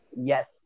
yes